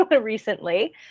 recently